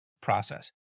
process